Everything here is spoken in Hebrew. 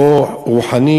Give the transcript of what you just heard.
או רוחנית,